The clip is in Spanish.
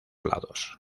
lados